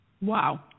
Wow